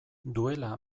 duela